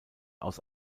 aus